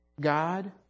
God